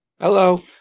Hello